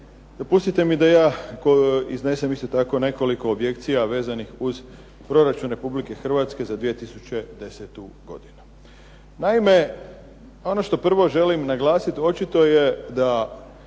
Dopustite mi da ja iznesem isto tako nekoliko objekcija vezanih uz proračun Republike Hrvatske za 2010. godinu. Naime, ono što prvo želim naglasiti očito je da